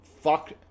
Fuck